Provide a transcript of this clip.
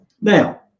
Now